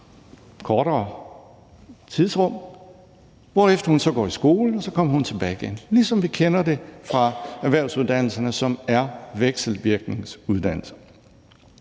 kortere tidsrum, hvorefter hun så går i skole, og så kommer hun tilbage igen, ligesom vi kender det fra erhvervsuddannelserne, som er vekselvirkningsuddannelser.